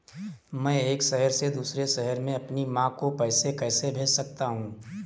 मैं एक शहर से दूसरे शहर में अपनी माँ को पैसे कैसे भेज सकता हूँ?